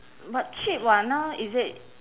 but cheap [what] now is it